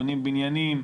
בונים בניינים,